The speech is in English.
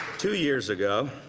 two years ago,